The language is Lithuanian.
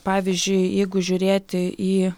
pavyzdžiui jeigu žiūrėti į